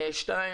דבר שני,